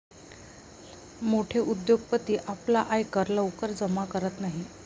मोठे उद्योगपती आपला आयकर लवकर जमा करत नाहीत